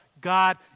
God